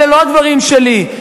אלה לא הדברים שלי,